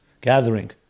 gathering